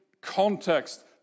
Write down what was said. context